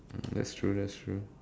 that's true that's true